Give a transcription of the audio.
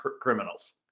criminals